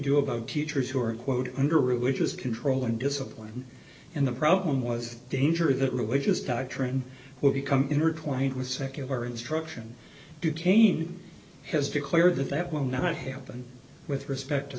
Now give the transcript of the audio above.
do about teachers who are quote under religious control and discipline and the problem was a danger that religious doctrine will become intertwined with secular instruction duquesne has declared that that will not happen with respect to